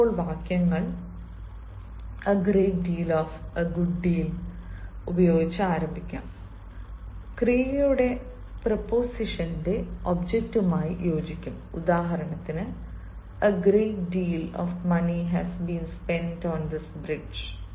ചിലപ്പോൾ വാക്യങ്ങൾ a great deal of a good deal a great deal of a good deal ഉപയോഗിച്ച് ആരംഭിക്കും ക്രിയയുടെ പ്രീപോസിഷന്റെ ഒബ്ജക്റ്റുമായി യോജിക്കും ഉദാഹരണത്തിന് a great deal of money has been spent on this bridge